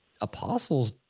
apostles